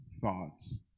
thoughts